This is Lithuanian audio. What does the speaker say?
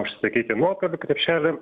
užsisakyti nuotoliu krepšelį